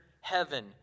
heaven